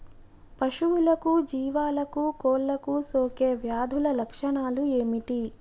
పశువులకు జీవాలకు కోళ్ళకు సోకే వ్యాధుల లక్షణాలు ఏమిటి?